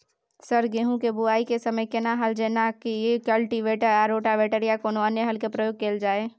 Sir गेहूं के बुआई के समय केना हल जेनाकी कल्टिवेटर आ रोटावेटर या कोनो अन्य हल के प्रयोग कैल जाए?